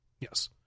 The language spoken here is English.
Yes